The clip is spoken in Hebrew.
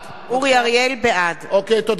בעד.